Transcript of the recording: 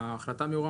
ההחלטה מראש הממשלה,